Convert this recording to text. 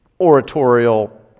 oratorial